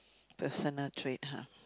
personal trait !huh!